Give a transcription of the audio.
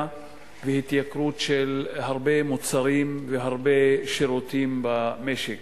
והתייקרות של הרבה מוצרים והרבה שירותים במשק.